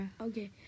okay